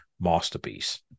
masterpiece